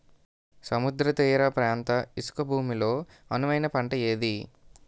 సముద్ర తీర ప్రాంత ఇసుక భూమి లో అనువైన పంట ఏది?